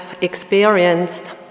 experienced